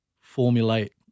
formulate